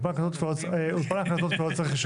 שנייה.